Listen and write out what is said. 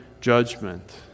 judgment